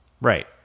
Right